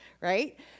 right